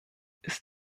ist